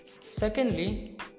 Secondly